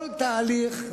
כל תהליך,